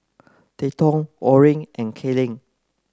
Trenton Orrin and Kellen